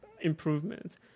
improvement